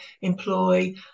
employ